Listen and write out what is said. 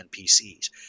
npcs